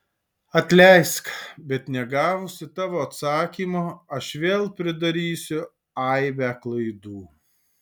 atleisk bet negavusi tavo atsakymo aš vėl pridarysiu aibę klaidų